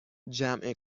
جمع